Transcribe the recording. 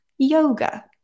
yoga